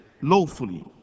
lawfully